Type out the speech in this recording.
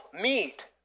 meet